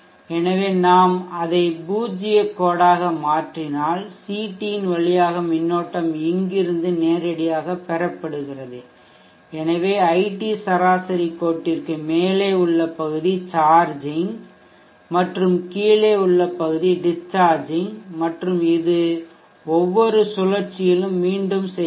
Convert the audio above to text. எனவே நாம் அதை பூஜ்ஜியக் கோடாக மாற்றினால் CT ன் வழியாக மின்னோட்டம் இங்கிருந்து நேரடியாகப் பெறப்படுகிறது எனவே ஐடி சராசரி கோட்டிற்கு மேலே உள்ள பகுதி சார்ஜிங் மற்றும் கீழே உள்ள பகுதி டிஸ்சார்ஜிங் மற்றும் இது ஒவ்வொரு சுழற்சியிலும் மீண்டும் செய்கிறது